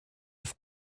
auf